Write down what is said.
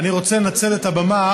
אני רוצה לנצל את הבמה